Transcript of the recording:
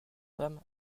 femme